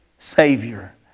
Savior